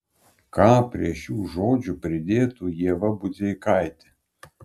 ką prie šių žodžių pridėtų ieva budzeikaitė